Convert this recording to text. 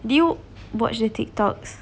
did you watch the TikToks